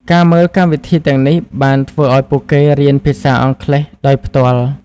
ការមើលកម្មវិធីទាំងនេះបានធ្វើឱ្យពួកគេរៀនភាសាអង់គ្លេសដោយផ្ទាល់។